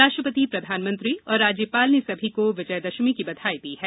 राष्ट्रपति प्रधानमंत्री और राज्यपाल ने सभी को विजयादशमी की बधाई दी है